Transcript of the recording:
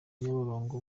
nyabarongo